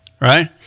right